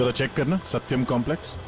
ah satyam complex.